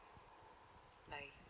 bye